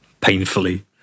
painfully